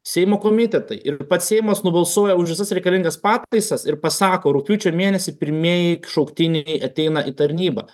seimo komitetai ir pats seimas nubalsuoja už visas reikalingas pataisas ir pasako rugpjūčio mėnesį pirmieji šauktiniai ateina į tarnybą